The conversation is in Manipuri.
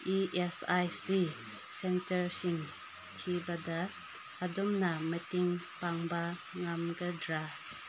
ꯏꯤ ꯑꯦꯁ ꯑꯥꯏ ꯁꯤ ꯁꯦꯟꯇꯔꯁꯤꯡ ꯊꯤꯕꯗ ꯑꯗꯣꯝꯅ ꯃꯇꯦꯡ ꯄꯥꯡꯕ ꯉꯝꯒꯗ꯭ꯔ